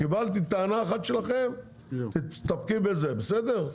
קיבלתי טענה אחת שלכם, תסתפקי בזה, בסדר?